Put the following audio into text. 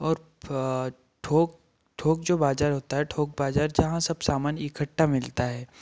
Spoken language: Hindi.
और थोक थोक जो बाज़ार होता है थोक बाजार जहाँ सब सामान इकट्ठा मिलता है